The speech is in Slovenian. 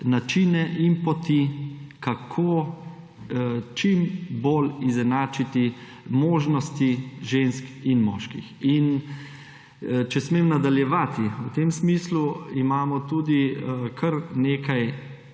načine in poti, kako čim bolj izenačiti možnosti ženk in moških. In če smem nadaljevati, v tem smislu imamo tudi kar nekaj